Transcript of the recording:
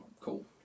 cool